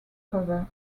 cover